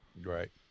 Right